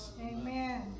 Amen